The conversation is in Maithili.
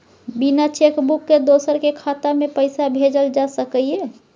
बिना चेक बुक के दोसर के खाता में पैसा भेजल जा सकै ये?